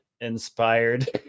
inspired